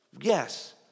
Yes